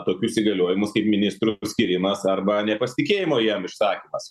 tokius įgaliojimus kaip ministrų paskyrimas arba nepasitikėjimo jam išsakymas